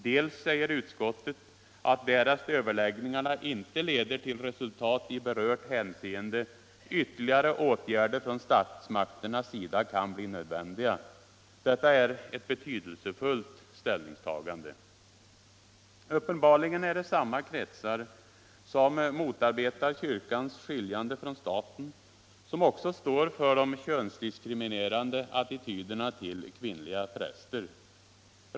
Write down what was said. Dels säger utskottet att därest överläggningarna inte leder till resultat i berört hänseende ytterligare åtgärder från statsmakternas sida kan bli nödvändiga. Detta är ett betydelsefullt ställningstagande. Uppenbarligen är det samma kretsar som motarbetar kyrkans skiljande från staten och som står för de könsdiskriminerande attityderna till kvinnliga präster.